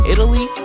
Italy